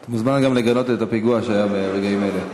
אתה מוזמן גם לגנות את הפיגוע שהיה ברגעים אלה.